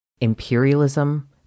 Imperialism